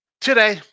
today